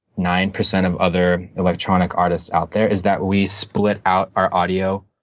nine percent of other electronic artists out there, is that we split out our audio,